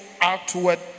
outward